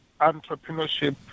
entrepreneurship